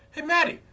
hey matty,